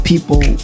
People